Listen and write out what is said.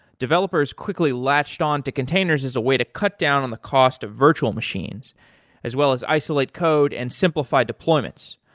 developers quickly latched on to containers as a way to cut down on the cost of virtual machines as well as isolate code and simplify deployments.